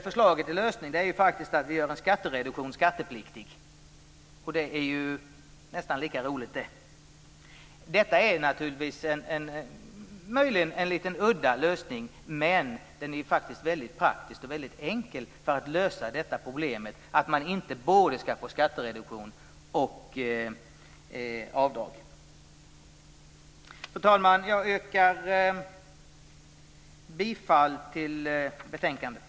Förslaget till lösning är att göra en skattereduktion skattepliktig. Det är ju nästan lika roligt! Detta är möjligen en lite udda lösning, men den är faktiskt praktisk och enkel för att lösa problemet med att inte få både skattereduktion och avdrag. Fru talman! Jag yrkar bifall till hemställan i betänkandet.